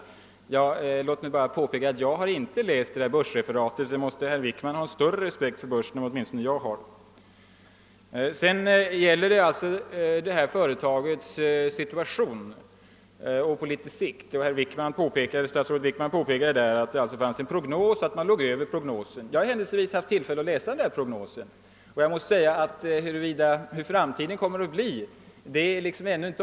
Låt mig bara påpeka att jag inte har läst börsreferatet; alltså måste herr Wickman ha större respekt för börsen än åtminstone jag har. Beträffande Kabis situation på litet längre sikt påpekade statsrådet Wickman att det fanns en prognos och att man nu låg över denna. Jag har händelsevis haft tillflle att läsa den prognosen, och jag anser att det ännu inte är avgjort hur framtiden kommer att bli.